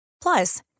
Plus